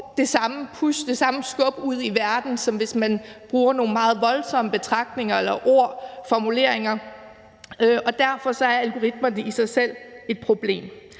eller skub ud i verden, som hvis jeg bruger nogle meget voldsomme betragtninger eller ord og formuleringer. Derfor er algoritmerne i sig selv et problem.